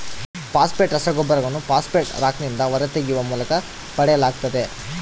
phosphate ರಸಗೊಬ್ಬರಗಳನ್ನು phosphate ರಾಕ್ನಿಂದ ಹೊರತೆಗೆಯುವ ಮೂಲಕ ಪಡೆಯಲಾಗ್ತತೆ